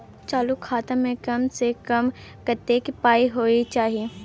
चालू खाता में कम से कम कत्ते पाई होय चाही?